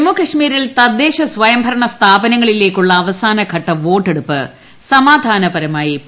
ജമ്മുകാശ്മീരിൽ തദ്ദേശ സ്വയം ഭരണ സ്ഥാപനങ്ങളിലേക്കുള്ള അവസാനഘട്ട വോട്ടെടുപ്പ് സമാധാനപരമായി പുരോഗമിക്കുന്നു